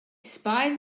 spies